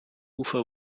ufer